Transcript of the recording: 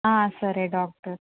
సరే డాక్టర్